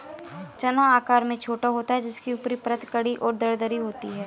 चना आकार में छोटा होता है जिसकी ऊपरी परत कड़ी और दरदरी होती है